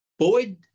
Boyd